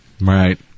Right